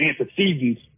antecedents